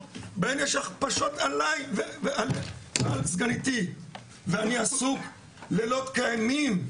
בהן יש הכפשות עלי ועל סגניתי ואני עסוק לילות כימים,